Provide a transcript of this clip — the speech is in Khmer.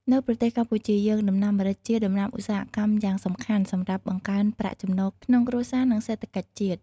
នៅប្រទេសកម្ពុជាយើង ដំណាំម្រេចជាដំណាំឧស្សាហកម្មយ៉ាងសំខាន់ សម្រាប់បង្កើនប្រាក់ចំណូលក្នុងគ្រួសារ និងសេដ្ឋកិច្ចជាតិ។